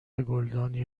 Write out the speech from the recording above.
گلدانی